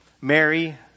Mary